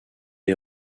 ait